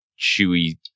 chewy